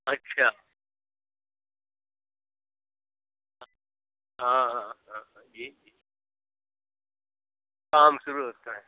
अच्छा हाँ हाँ हाँ जी काम शुरू होता है